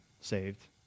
saved